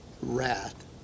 wrath